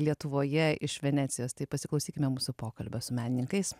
lietuvoje iš venecijos tai pasiklausykime mūsų pokalbio su menininkais